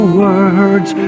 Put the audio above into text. words